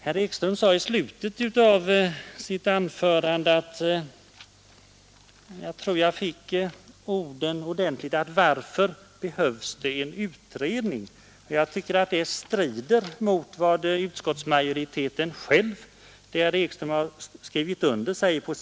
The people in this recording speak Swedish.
Herr Ekström frågade i slutet av sitt anförande: ”Vad skulle det tjäna till med en utredning?” Jag tycker att den frågan strider mot vad utskottsmajoriteten själv anför på s. 6 och för vars räkning herr Ekström skrivit under betänkandet.